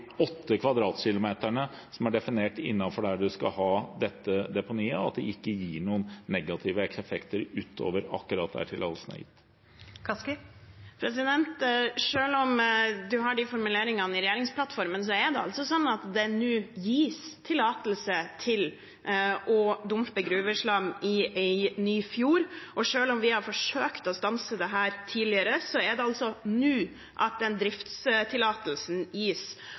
som er definert å være innenfor dette deponiet, og at det ikke gir noen negative effekter utover akkurat det området som tillatelsen er gitt for. Selv om man har de formuleringene i regjeringsplattformen, gis det nå tillatelse til å dumpe gruveslam i en ny fjord. Selv om vi har forsøkt å stanse dette tidligere, er det nå driftstillatelsen gis. I tildelingen av driftskonsesjonen fra Nærings- og fiskeridepartementet til Nussir er det